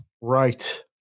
Right